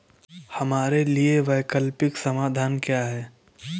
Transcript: हमारे लिए वैकल्पिक समाधान क्या है?